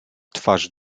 twarz